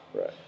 Right